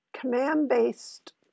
command-based